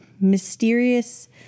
mysterious